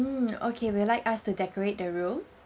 mm okay will like us to decorate the room